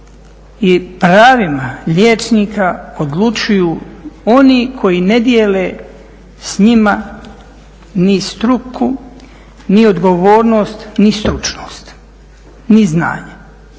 i pravima liječnika odlučuju oni koji ne dijele s njima ni struku, ni odgovornost, ni stručnost, ni znanje,